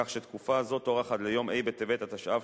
כך שתקופה זו תוארך עד ליום ה' בטבת התשע"ב,